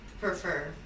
prefer